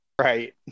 Right